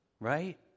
right